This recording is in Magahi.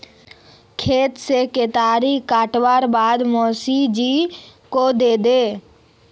खेत से केतारी काटवार बाद मोसी जी को दे दे